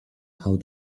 how